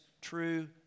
true